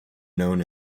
known